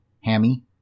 hammy